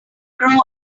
grow